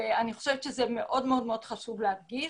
אני חושב שזה מאוד חשוב להדגיש.